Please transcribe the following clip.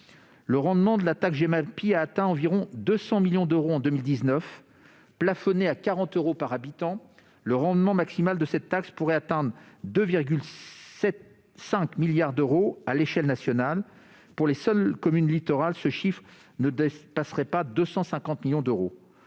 Le rendement de la taxe Gemapi a atteint environ 200 millions d'euros en 2019. Plafonné à 40 euros par habitant, le rendement maximal de cette taxe pourrait atteindre 2,5 milliards d'euros à l'échelle nationale ; pour les seules communes littorales, ce chiffre ne dépasserait pas 250 millions d'euros.